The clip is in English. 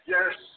Yes